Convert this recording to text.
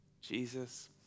Jesus